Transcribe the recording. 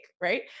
right